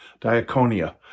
diaconia